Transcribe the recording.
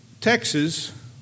Texas